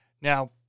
Now